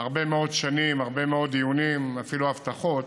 הרבה מאוד שנים, הרבה מאוד דיונים, אפילו הבטחות,